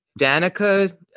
Danica